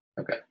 Okay